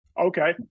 Okay